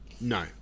No